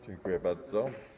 Dziękuję bardzo.